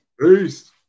Peace